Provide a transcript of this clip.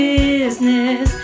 business